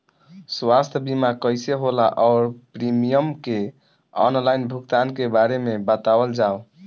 स्वास्थ्य बीमा कइसे होला और प्रीमियम के आनलाइन भुगतान के बारे में बतावल जाव?